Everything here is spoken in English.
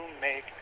make